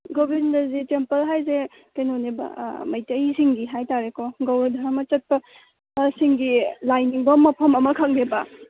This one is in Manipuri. ꯒꯣꯕꯤꯟꯗꯖꯤ ꯇꯦꯝꯄꯜ ꯍꯥꯏꯁꯦ ꯀꯩꯅꯣꯅꯦꯕ ꯑꯥ ꯃꯩꯇꯩꯁꯤꯡꯒꯤ ꯍꯥꯏꯇꯔꯦꯀꯣ ꯒꯧꯔꯥ ꯗꯔꯃꯥ ꯆꯠꯄ ꯂꯥꯏ ꯅꯤꯡꯐꯝ ꯃꯐꯝ ꯑꯃꯈꯛꯅꯦꯕ